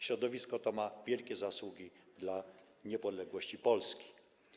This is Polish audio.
Środowisko to ma wielkie zasługi dla niepodległości Polski.